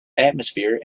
atmosphere